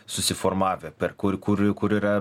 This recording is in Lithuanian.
susiformavę per kur kur kur yra